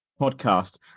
podcast